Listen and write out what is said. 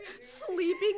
sleeping